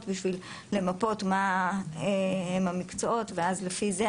בשביל למפות מה הם המקצועות ואז לפי זה